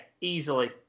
easily